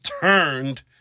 turned